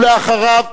ואחריו,